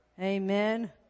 Amen